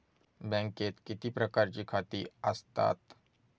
बँकेत किती प्रकारची खाती आसतात?